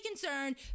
concerned